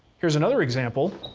here's another example.